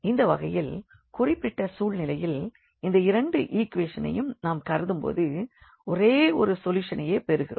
இந்த வகையில் குறிப்பிடப்பட்ட சூழ்நிலையில் இந்த இரண்டு ஈக்வெஷன்ஸ் ஐயும் நாம் கருதும் போது ஒரே ஒரு சொல்யூஷனை ஐயே பெறுகிறோம்